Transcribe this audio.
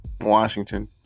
Washington